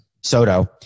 Soto